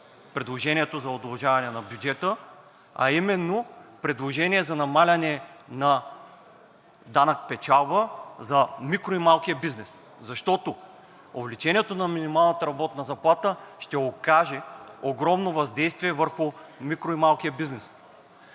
предложението за удължаване на бюджета, а именно предложение за намаляване на данък печалба за микро- и малкия бизнес. Увеличението на минималната работна заплата ще окаже огромно въздействие върху микро- и малкия бизнес.